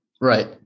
Right